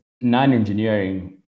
non-engineering